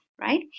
right